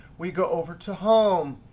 we go over to home.